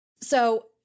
So-